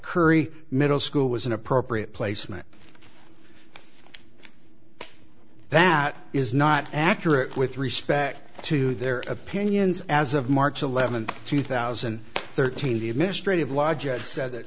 curry middle school was an appropriate placement that is not accurate with respect to their opinions as of march eleventh two thousand thirteen the administrative la